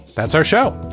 that's our show.